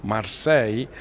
Marseille